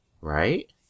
right